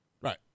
Right